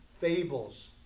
fables